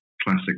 classic